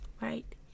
right